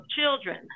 children